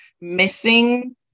missing